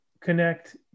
connect